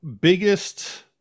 biggest